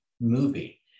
movie